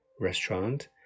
restaurant